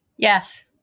yes